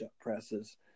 presses